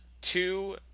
two